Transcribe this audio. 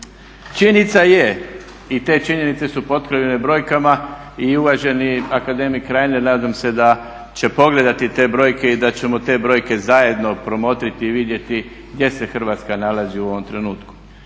Činjenica je i te činjenicu su potkrepljenje brojkama i uvaženi akademik Reiner nadam se da će pogledati te brojke i da ćemo te brojke zajedno promotriti i vidjeti gdje se Hrvatska nalazi u ovom trenutku.